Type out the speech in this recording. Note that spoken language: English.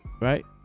right